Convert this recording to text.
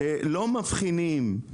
לא מבחינים,